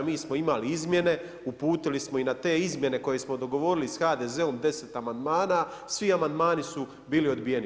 Mi smo imali izmjene, uputili smo i na te izmjene koje smo dogovorili sa HDZ-om, 10 amandmana, svi amandmani su bili odbijeni.